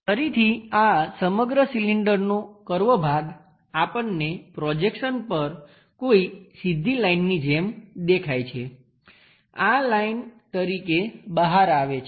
ફરીથી આ સમગ્ર સિલિન્ડરનો કર્વ ભાગ આપણને પ્રોજેક્શન પર કોઈ સીધી લાઈનની જેમ દેખાય છે આ લાઈન તરીકે બહાર આવે છે